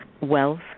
wealth